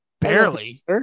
Barely